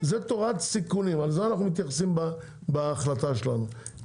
זה תורת סיכונים על זה אנחנו מתייחסים בהחלטה שלנו,